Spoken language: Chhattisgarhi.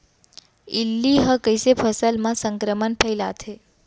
इल्ली ह कइसे फसल म संक्रमण फइलाथे?